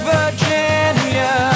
Virginia